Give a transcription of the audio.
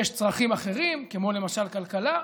יש צרכים אחרים, כמו למשל כלכלה,